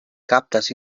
kaptas